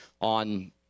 on